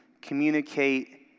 communicate